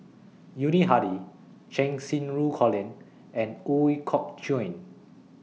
Yuni Hadi Cheng Xinru Colin and Ooi Kok Chuen